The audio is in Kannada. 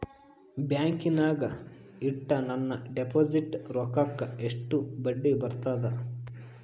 ಬ್ಯಾಂಕಿನಾಗ ಇಟ್ಟ ನನ್ನ ಡಿಪಾಸಿಟ್ ರೊಕ್ಕಕ್ಕ ಎಷ್ಟು ಬಡ್ಡಿ ಬರ್ತದ?